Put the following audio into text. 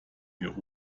wir